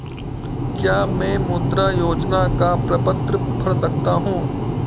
क्या मैं मुद्रा योजना का प्रपत्र भर सकता हूँ?